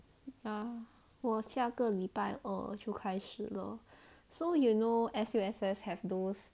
ya 我下个礼拜二就开始了 so you know S_U_S_S have those